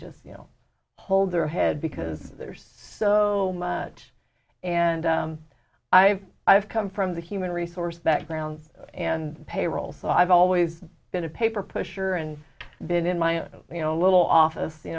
just you know hold their head because there's so much and i i've come from the human resource that ground and payroll so i've always been a paper pusher and been in my you know little office you